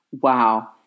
Wow